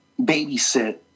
babysit